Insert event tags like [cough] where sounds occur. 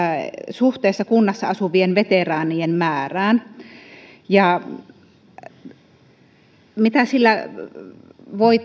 suhteessa kunnassa asuvien veteraanien määrään mitä sillä voi [unintelligible]